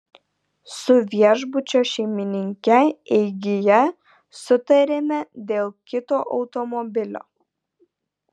su viešbučio šeimininke eigyje sutarėme dėl kito automobilio